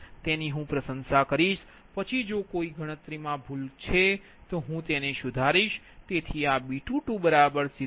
તેની હું પ્રશંસા કરીશ પછી જો કોઈ ગણતરીમા ભૂલ છે તો હું એને સુધારીશ